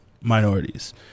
minorities